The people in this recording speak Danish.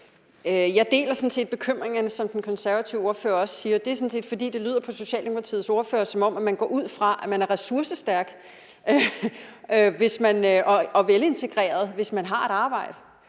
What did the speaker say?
sådan set bekymringerne, som den konservative ordfører også taler om. Det er sådan set, fordi det lyder på Socialdemokratiets ordfører, som om man går ud fra, at man er ressourcestærk og velintegreret, hvis man har et arbejde.